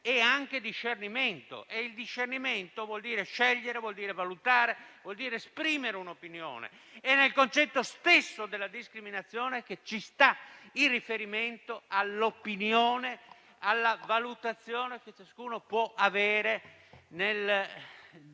è anche discernimento e il discernimento vuol dire scegliere, valutare ed esprimere un'opinione. Nel concetto stesso della discriminazione c'è il riferimento all'opinione e alla valutazione che ciascuno può avere nell'affrontare